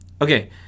Okay